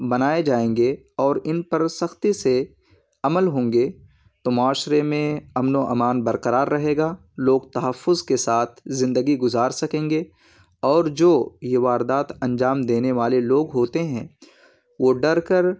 بنائے جائیں گے اور ان پر سختی سے عمل ہوں گے تو معاشرے میں امن و امان برقرار رہے گا لوگ تحفظ کے ساتھ زندگی گزار سکیں گے اور جو یہ واردات انجام دینے والے لوگ ہوتے ہیں وہ ڈر کر